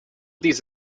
these